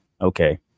okay